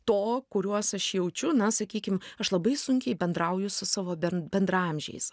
to kuriuos aš jaučiu na sakykim aš labai sunkiai bendrauju su savo bern bendraamžiais